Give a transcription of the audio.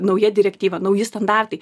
nauja direktyva nauji standartai